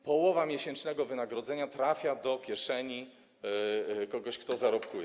Połowa miesięcznego wynagrodzenia trafia do kieszeni kogoś, kto zarobkuje.